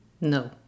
No